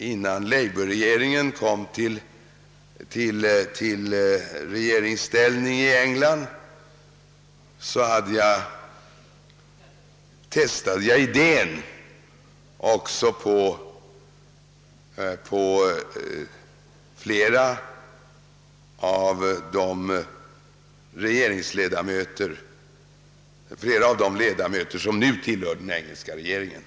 Innan labourpartiet kom i regeringsställning i England testade jag denna idé på flera av dem som nu är ledamöter av den engelska regeringen.